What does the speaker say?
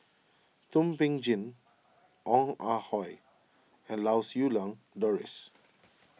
Thum Ping Tjin Ong Ah Hoi and Lau Siew Lang Doris